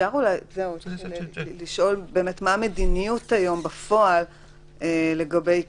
אפשר לשאול מה המדיניות היום בפועל לגבי קטינים?